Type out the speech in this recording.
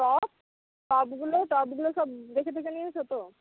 top টপগুলো টপগুলো সব দেখেটেখে নিয়েছো তো